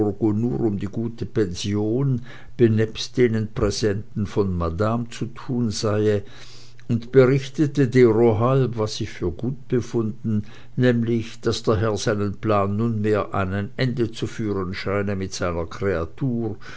um die gute pension benebst denen präsenten von madame zu thun seye und berichtete derohalb was ich für gut befunden nemlich daß der herr seinen plan nunmehr an ein ende zu führen scheine mit seiner creatur